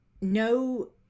no